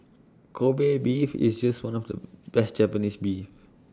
Kobe Beef is just one of the best Japanese Beef